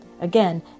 Again